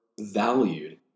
valued